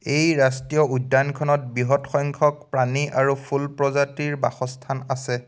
এই ৰাষ্ট্ৰীয় উদ্যানখনত বৃহৎ সংখ্যক প্ৰাণী আৰু ফুল প্ৰজাতিৰ বাসস্থান আছে